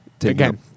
Again